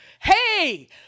hey